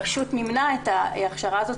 הרשות מימנה את ההכשרה הזאת,